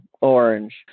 orange